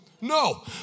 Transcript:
No